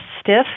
stiff